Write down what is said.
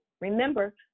Remember